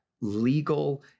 legal